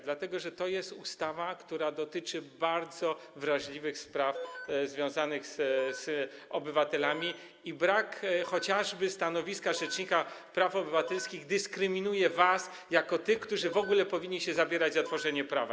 Dlatego że to jest ustawa, która dotyczy bardzo wrażliwych spraw związanych z obywatelami i brak chociażby stanowiska rzecznika praw obywatelskich dyskryminuje was jako tych, którzy w ogóle powinni się zabierać za tworzenie prawa.